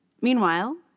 meanwhile